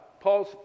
Paul's